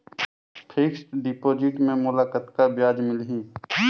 Fixed deposit मे मोला कतका ब्याज मिलही?